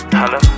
hello